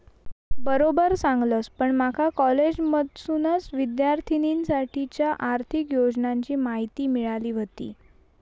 बरोबर सांगलस, पण माका कॉलेजमधसूनच विद्यार्थिनींसाठीच्या आर्थिक योजनांची माहिती मिळाली व्हती